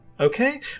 Okay